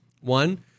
one